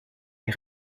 les